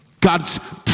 god's